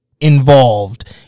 involved